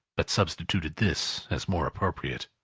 but substituted this, as more appropriate.